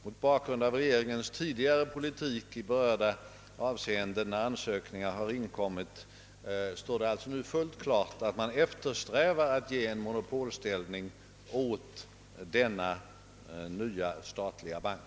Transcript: Mot bakgrunden av regeringens tidigare politik i berörda avseenden när ansökningar inkommit står det nu fullt klart att man eftersträvar att ge en monopolställning åt denna statliga bank.